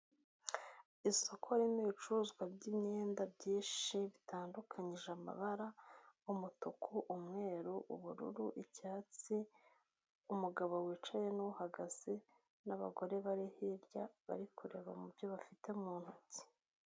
Isoko n'ibicuruzwa by'imyenda byinshi bitandukanyije amabara, umutuku, umweru, ubururu, icyatsi, umugabo wicaye n'uhagaze, n'abagore bari hirya bari kureba mubyo bafite mu ntoki.